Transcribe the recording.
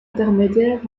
intermédiaires